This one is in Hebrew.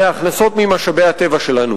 מההכנסות ממשאבי הטבע שלנו.